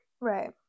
Right